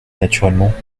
naturellement